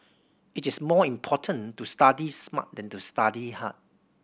it is more important to study smart than to study hard